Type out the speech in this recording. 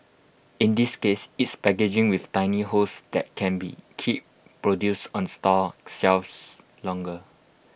in this case it's packaging with tiny holes that can be keep produce on store shelves longer